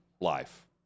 life